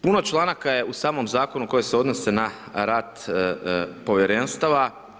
Puno članaka je u samom Zakonu koje se odnose na rad Povjerenstava.